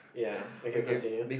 ya okay continue